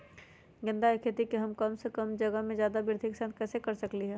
गेंदा के खेती हम कम जगह में ज्यादा वृद्धि के साथ कैसे कर सकली ह?